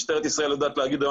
משטרת ישראל יודעת להגיד היום,